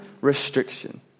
restriction